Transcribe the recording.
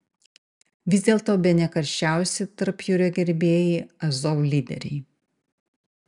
vis dėlto bene karščiausi tarpjūrio gerbėjai azov lyderiai